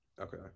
Okay